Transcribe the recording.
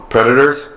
Predators